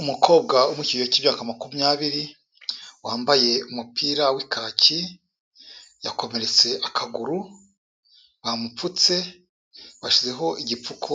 Umukobwa wo mu kigero cy'imyaka makumyabiri, wambaye umupira w'ikaki, yakomeretse akaguru, bamupfutse, bashizeho igipfuko